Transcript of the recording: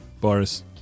Boris